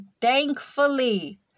thankfully